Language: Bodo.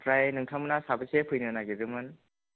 ओमफ्राय नोंथांमोना साबेसे फैनो नागिरदोंमोन